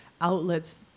outlets